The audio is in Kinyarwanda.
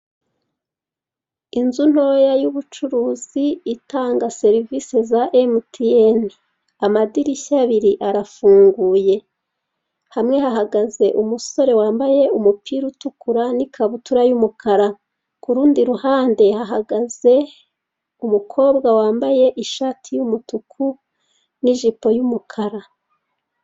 Inzu ntoya y'ubucuruzi itanga serivise za MTN. Amadirishya abiri arafunguye. Hamwe hahagaze umusore wambaye umupira utukura n'ikabutura y'umukara. Ku rundi ruhande hahagaze umukobwa wambaye ishati y'umutuku n'ijipo y'umukara.